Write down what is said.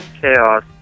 Chaos